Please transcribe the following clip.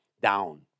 down